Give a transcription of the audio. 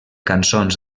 cançons